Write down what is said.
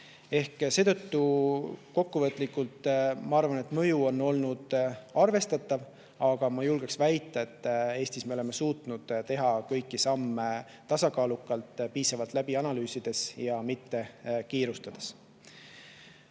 nõuetele. Kokkuvõtlikult ma arvan, et mõju on olnud arvestatav, aga ma julgeksin väita, et me oleme Eestis suutnud teha kõiki samme tasakaalukalt, piisavalt läbi analüüsides ja mitte kiirustades.